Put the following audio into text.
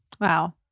Wow